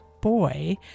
boy